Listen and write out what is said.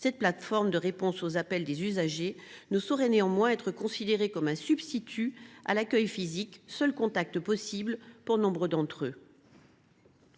Cette plateforme de réponse aux appels des usagers ne saurait néanmoins être considérée comme un substitut à l’accueil physique, seul contact possible pour nombre d’entre eux.